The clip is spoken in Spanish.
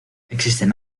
existen